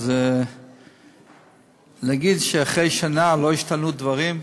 אז להגיד שאחרי שנה לא השתנו דברים?